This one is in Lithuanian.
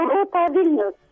rūta vilnius